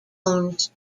owns